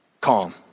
calm